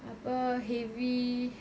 apa heavy